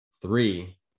Three